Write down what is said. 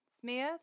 Smith